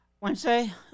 Wednesday